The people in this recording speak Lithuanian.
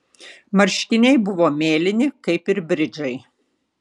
marškiniai buvo mėlyni kaip ir bridžai